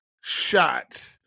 shot